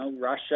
Russia